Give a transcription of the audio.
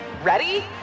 Ready